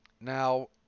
Now